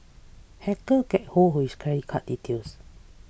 hackers get hold of his credit card details